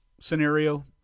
scenario